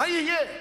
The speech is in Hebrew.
מה יהיה?